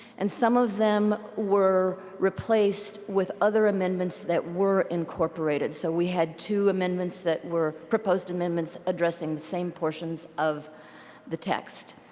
and some of them were replaceed with other amendments that were incorporated. so we had two amendments that were propose amendments addressing the same portions of the text.